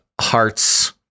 hearts